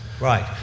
Right